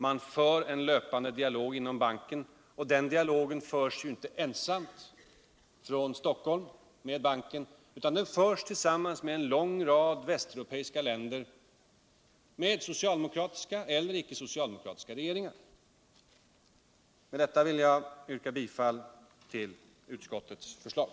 Man för en löpande dialog inom banken, och den dialogen förs inte enbart från Stockholm utan av en lång rad västeuropeiska länder tillsammans med socialdemokratiska eller icke socialdemokratiska regeringar. Med detta vill jag yrka bifall till utskottets förslag.